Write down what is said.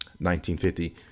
1950